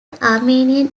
armenian